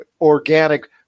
organic